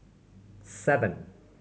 seven